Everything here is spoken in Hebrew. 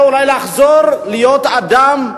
רוצה אולי לחזור להיות אדם,